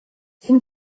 den